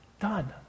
done